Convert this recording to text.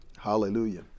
Hallelujah